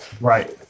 right